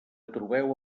trobeu